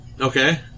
Okay